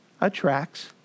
attracts